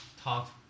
talk